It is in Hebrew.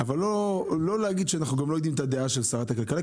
אבל לא להגיד שאנחנו גם לא יודעים את הדעה של שרת הכלכלה,